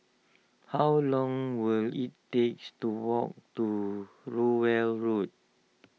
how long will it takes to walk to Rowell Road